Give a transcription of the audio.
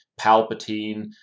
Palpatine